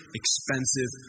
expensive